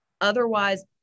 otherwise